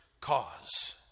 cause